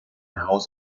haus